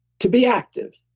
to be active.